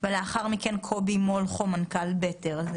לאחר מכן, קובי מולכו, מנכ"ל בטר.